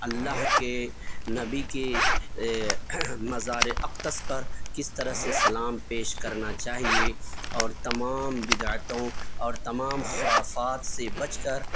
اللہ کے نبی کے مزار اقدس پر کس طرح سے سلام پیش کرنا چاہیے اور تمام بدعتوں اور تمام خرافات سے بچ کر